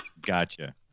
Gotcha